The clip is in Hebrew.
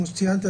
כמו שציינת,